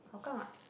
Hougang ah